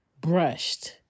brushed